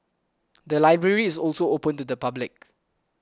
the library is also open to the public